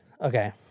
Okay